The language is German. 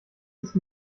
ist